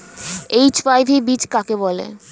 HYV বীজ কাকে বলে?